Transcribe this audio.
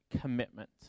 commitment